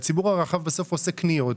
אבל הציבור היקר בסוף עושה קניות,